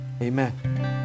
amen